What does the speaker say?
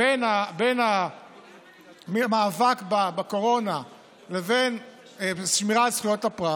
בין המאבק בקורונה לבין שמירה על זכויות הפרט,